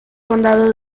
condado